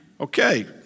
Okay